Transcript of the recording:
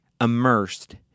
immersed